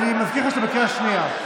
אני מזכיר לך שאתה בקריאה שנייה.